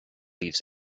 leaves